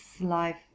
life